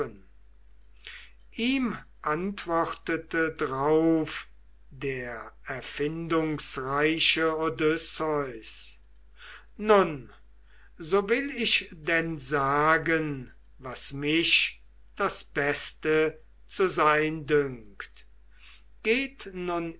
ihm antwortete drauf der erfindungsreiche odysseus nun so will ich denn sagen was mir das beste zu sein dünkt geht nun